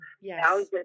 Yes